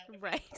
right